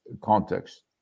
context